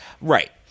Right